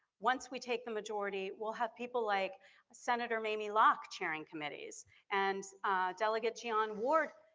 once we take the majority, we'll have people like senator mamie locke chairing committees and delegate jeion ward